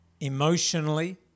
Emotionally